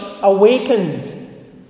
awakened